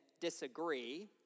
disagree